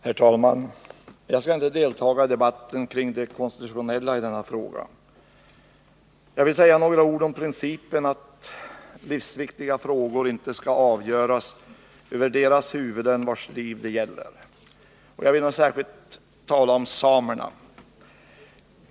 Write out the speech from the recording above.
Herr talman! Jag skall inte delta i den konstitutionella debatten i denna fråga. Jag vill i stället säga några ord om principen att livsviktiga frågor inte skall avgöras över deras huvuden vars förhållanden det gäller. Jag tänker i detta sammanhang särskilt ta upp samernas ställning.